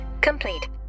complete